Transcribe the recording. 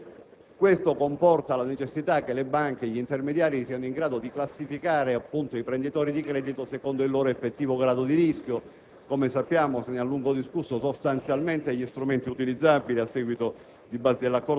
Ciò comporta la necessità che le banche e gli intermediari siano in grado di classificare gli imprenditori di credito secondo il loro effettivo grado di rischio. Come sappiamo, se ne è a lungo discusso, sostanzialmente sono due gli strumenti utilizzabili a seguito